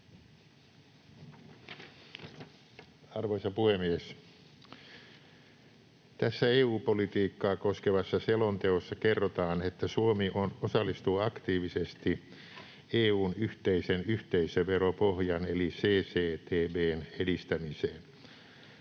Arvoisa puhemies! Tässä EU-politiikkaa koskevassa selonteossa kerrotaan, että Suomi osallistuu aktiivisesti EU:n yhteisen yhteisöveropohjan eli CCTB:n edistämiseen.